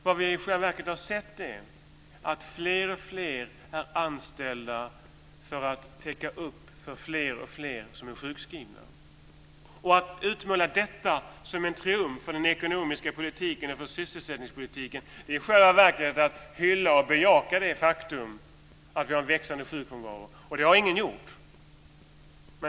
Det vi i själva verket har sett är att fler och fler är anställda för att täcka upp för fler och fler som är sjukskrivna. Att utmåla detta som en triumf för den ekonomiska politiken och för sysselsättningspolitiken är i själva verket att hylla och bejaka det faktum att vi har en växande sjukfrånvaro och det har ingen gjort.